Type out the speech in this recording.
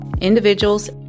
individuals